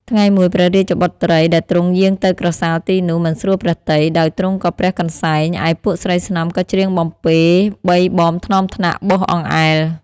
ថ្ងៃមួយព្រះរាជបុត្រីដែលទ្រង់យាងទៅក្រសាលទីនោះ មិនស្រួលព្រះទ័យ ដោយទ្រង់ក៏ព្រះកន្សែង ឯពួកស្រីស្នំក៏ច្រៀងបំពេបីបមថ្នមថ្នាក់បោសអង្អែល